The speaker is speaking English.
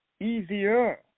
easier